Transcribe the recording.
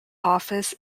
office